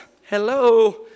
hello